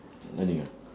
sliding ah